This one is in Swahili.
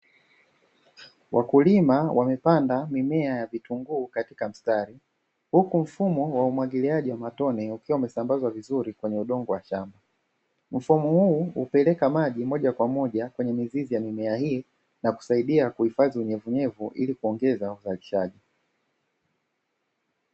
Wakulima wamepanda mimea ya vitunguu katika mstari, huku mfumo wa umwagiliaji wa matone ukiwa umesambazwa vizuri kwenye udongo wa chama. Mfumo huu hupeleka maji moja kwa moja kwenye mizizi ya mimea hii na kusaidia kuhifadhi unyevunyevu, ili kuongeza uzalishaji.